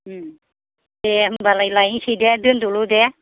दे होनबालाय लायहोसै दे दोनदोल' दे